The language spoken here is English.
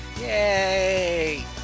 Yay